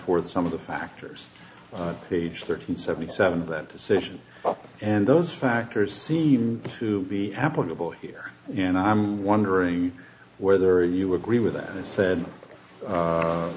forth some of the factors age thirteen seventy seven of that decision and those factors seem to be applicable here and i'm wondering whether you agree with that and said